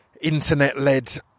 internet-led